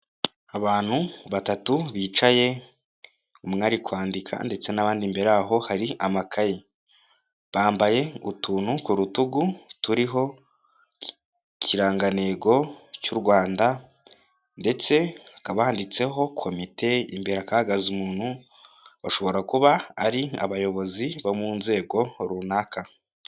Abantu batatu bicaye, umwe ari kwandika ndetse n'abandi imbere yaho hari amakayi, bambaye utuntu ku rutugu turiho ikirangantego cy'u Rwanda ndetse hakaba handitseho komite imbere hakaba hahagaze umuntu, bashobora kuba ari abayobozi bo mu nzego runaka.